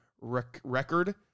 record